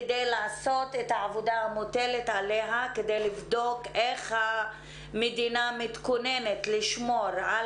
כדי לעשות את העבודה המוטלת עליה ולבדוק איך המדינה מתכוננת לשמור על